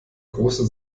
große